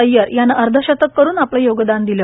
अय्यर यानं अर्धशतक करून आपलं योगदान दिलं